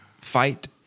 fight